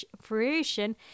fruition